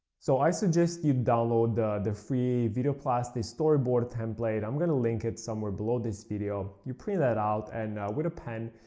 so i suggest you download the the free videoplasty storyboard template i'm going to link it somewhere below this video you print that out, and with a pen,